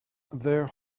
their